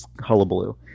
hullabaloo